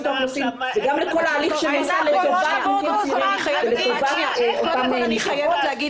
האוכלוסין וגם לכל ההליך שנוצר לטובת אותן משפחות.